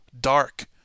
dark